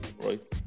Right